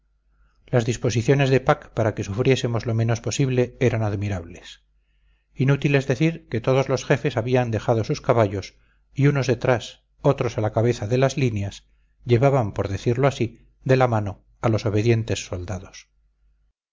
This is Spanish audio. las disposiciones de pack para que sufriésemos lo menos posible eran admirables inútil es decir que todos los jefes habían dejado sus caballos y unos detrás otros a la cabeza de las líneas llevaban por decirlo así de la mano a los obedientes soldados